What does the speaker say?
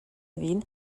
ville